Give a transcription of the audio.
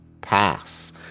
pass